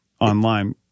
online